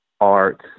art